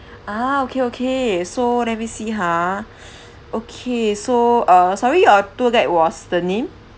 ah okay okay so let me see ha okay so uh sorry your tour guide was the name